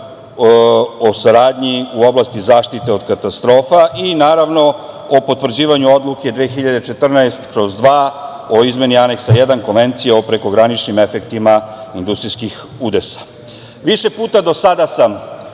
o saradnji u oblasti zaštite od katastrofa i naravno o potvrđivanju odluke 2014/2 o izmeni Aneksa 1. Konvencije o prekograničnim efektima industrijskih udesa. Više puta do sada sam